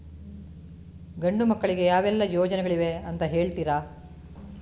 ಗಂಡು ಮಕ್ಕಳಿಗೆ ಯಾವೆಲ್ಲಾ ಯೋಜನೆಗಳಿವೆ ಅಂತ ಹೇಳ್ತೀರಾ?